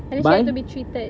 and then she had to be treated